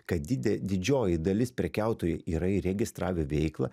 kad dide didžioji dalis prekiautojų yra įregistravę veiklą